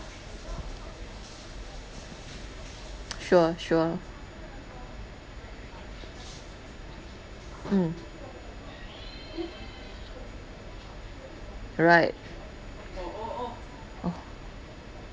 sure sure mm right oh